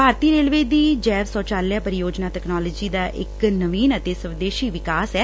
ਭਾਰਤੀ railway ਦੀ ਜੈਵ ਸ਼ੋਚਾਲਿਆ ਪਰੀਯੋਜਨਾ ਤਕਨਾਲੋਜੀ ਦਾ ਇਕ ਨਵੀਨ ਅਤੇ ਸਵਦੇਸ਼ੀ ਵਿਕਾਸ ਐ